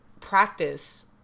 practice